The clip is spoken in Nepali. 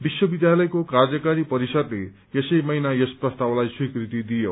विश्वविद्यालयको कार्यकारी परिषदले यसै महिना यस प्रस्तावलाई स्वीकृति दियो